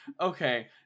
okay